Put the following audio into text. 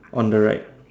on the right